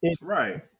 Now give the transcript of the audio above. Right